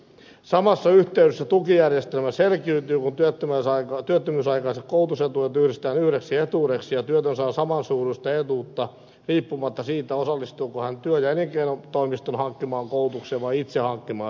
samassa yhteydessä tukijärjestelmä selkiytyy kun työttömyysaikaiset koulutusetuudet yhdistetään yhdeksi etuudeksi ja työtön saa saman suuruista etuutta riippumatta siitä osallistuuko hän työ ja elinkeinotoimiston hankkimaan koulutukseen vai itse hankkimaansa koulutukseen